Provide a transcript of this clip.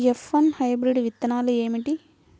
F one hybrid విత్తనాలు ఏమిటి?